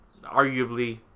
Arguably